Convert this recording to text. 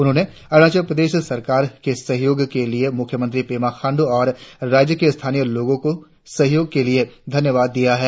उन्होंने अरुणाचल सरकार के सहयोग के लिए मुख्यमंत्री पेमा खाण्डू और राज्य के स्थानीय लोगों को सहयोग के लिए धन्य्वाद दिया है